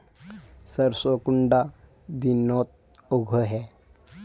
सरसों कुंडा दिनोत उगैहे?